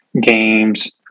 games